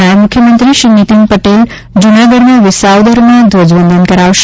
નાયબ મુખ્યમંત્રી શ્રી નીતિન પટેલ જૂનાગઢના વિસાવદરમાં ધ્વજવંદન કરાવશે